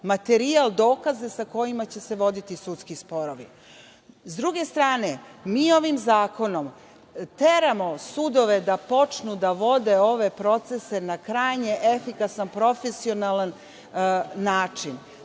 materijal, dokaze sa kojima će se voditi sudski sporovi.S druge strane mi ovim zakonom teramo sudove da počnu da vode ove procese na krajnje efikasan, profesionalan način,